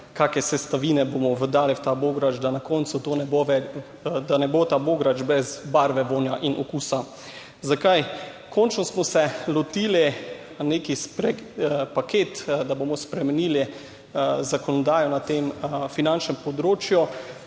kakšne sestavine bomo dali v ta bograč, da na koncu ne bo ta bograč brez barve, vonja in okusa. Zakaj? Končno, smo se lotili nek paket, da bomo spremenili zakonodajo na tem finančnem področju,